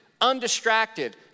undistracted